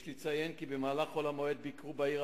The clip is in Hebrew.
יש לציין כי במהלך חול המועד ביקרו בעיר